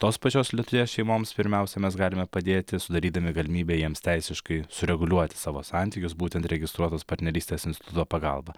tos pačios lyties šeimoms pirmiausia mes galime padėti sudarydami galimybę jiems teisiškai sureguliuoti savo santykius būtent registruotos partnerystės instituto pagalba